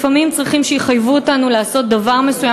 לפעמים צריכים שיחייבו אותנו לעשות דבר מסוים,